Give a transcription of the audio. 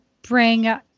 Bring